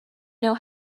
know